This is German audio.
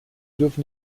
dürfen